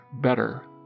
better